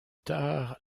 tard